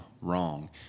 wrong